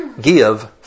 Give